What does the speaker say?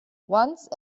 once